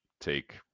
take